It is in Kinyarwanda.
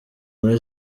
muri